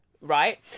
right